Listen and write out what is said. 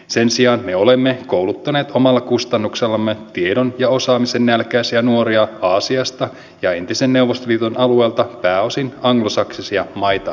sen sijaan me olemme kouluttaneet omalla kustannuksellamme tiedon ja osaamisennälkäisiä nuoria aasiasta ja entisen neuvostoliiton alueelta pääosin anglosaksisia maita rakentamaan